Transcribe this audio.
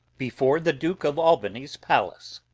before the duke of albany's palace.